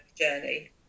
journey